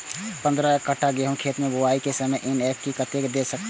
पंद्रह कट्ठा गेहूं के खेत मे बुआई के समय एन.पी.के कतेक दे के छे?